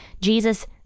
Jesus